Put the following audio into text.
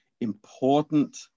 important